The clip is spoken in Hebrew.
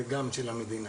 זה גם של המדינה,